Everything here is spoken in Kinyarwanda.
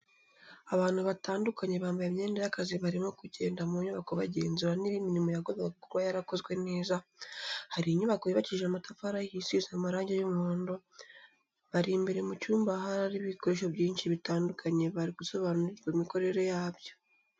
Abantu batandukanye bambaye imyenda y'akazi barimo kugenda mu nyubako bagenzura niba imirimo yagombaga gukorwa yarakozwe neza, hari inyubako yubakishije amatafari ahiye isize amarangi y'umuhondo, bari imbere mu cyumba ahari ibikoresho byinshi bitandukanye bari gusobanurirwa imikorere yabyo.